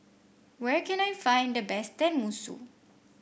where can I find the best Tenmusu